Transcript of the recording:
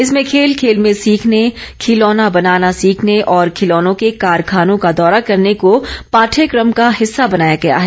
इसमें खेल खेल में सीखने खिलौना बनाना सीखने और खिलौनों के कारखानों का दौरा करने को पाठ्यक्रम का हिस्सा बनाया गया है